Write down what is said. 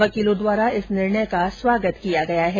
वकीलों द्वारा इस निर्णय का स्वागत किया गया है